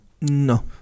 No